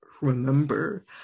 remember